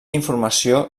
informació